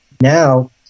Now